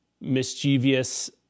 mischievous